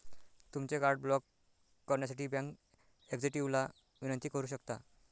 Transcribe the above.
तुमचे card block करण्यासाठी bank एक्झिक्युटिव्हला विनंती करू शकता